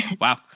Wow